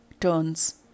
turns